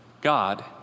God